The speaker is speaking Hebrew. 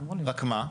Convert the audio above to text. רק מה?